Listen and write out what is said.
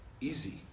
easy